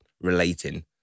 relating